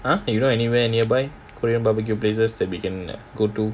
!huh! you know anywhere nearby korean barbecue places that we can go to